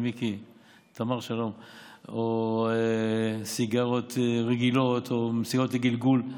או סיגריות רגילות או סיגריות לגלגול,